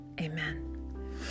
Amen